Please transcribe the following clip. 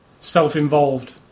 self-involved